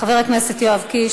חבר הכנסת יואב קיש,